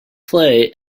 play